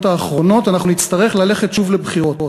האחרונות אנחנו נצטרך ללכת שוב לבחירות.